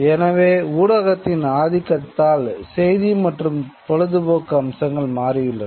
எனவே ஊடகத்தின் ஆதிக்கத்தால் செய்தி மற்றும் பொழுதுபோக்கு அம்சங்கள் மாற்றியுள்ளன